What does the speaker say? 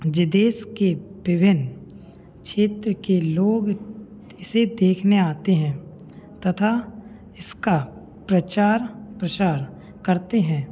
जो देश के विभिन्न क्षेत्र के लोग इसे देखने आते हैं तथा इसका प्रचार प्रसार करते हैं